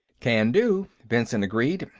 can do, benson agreed.